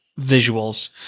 visuals